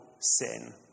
sin